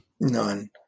none